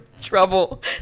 trouble